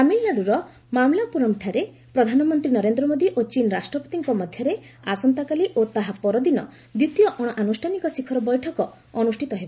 ତାମିଲ୍ନାଡୁର ମାମ୍ଲାପୁରମ୍ଠାରେ ପ୍ରଧାନମନ୍ତ୍ରୀ ନରେନ୍ଦ୍ର ମୋଦି ଓ ଚୀନ୍ ରାଷ୍ଟ୍ରପତିଙ୍କ ମଧ୍ୟରେ ଆସନ୍ତାକାଲି ଓ ତାହା ପରଦିନ ଦ୍ୱିତୀୟ ଅଣଆନୁଷ୍ଠାନିକ ଶିଖର ବୈଠକ ଅନୁଷ୍ଠିତ ହେବ